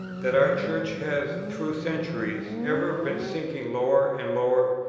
that our church has, through centuries, ever been sinking lower and lower,